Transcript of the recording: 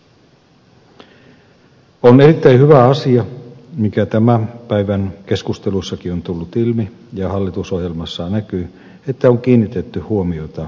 on erittäin hyvä asia mikä tämän päivän keskustelussakin on tullut ilmi ja hallitusohjelmassa näkyy että on kiinnitetty huomiota perusturvan vahvistamiseen